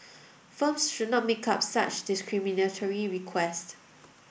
firms should not make up such discriminatory requests